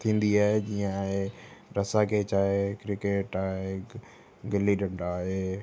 थींदी आहे जीअं आहे रसा खेच आहे क्रिकेट आहे व गिली डंडा आहे